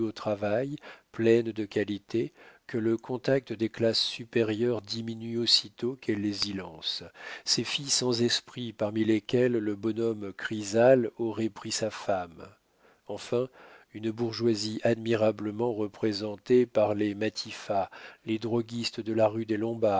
travail pleines de qualités que le contact des classes supérieures diminue aussitôt qu'elle les y lance ces filles sans esprit parmi lesquelles le bonhomme chrysale aurait pris sa femme enfin une bourgeoisie admirablement représentée par les matifat les droguistes de la rue des